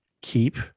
keep